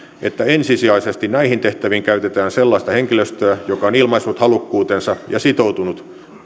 että ensisijaisesti näihin tehtäviin käytetään sellaista henkilöstöä joka on ilmaissut halukkuutensa ja sitoutunut